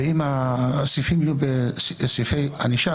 אם הסעיפים יהיו סעיפי ענישה,